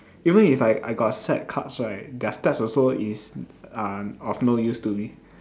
even if I I got set cards right their stats also is uh of no use to me